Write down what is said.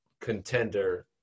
contender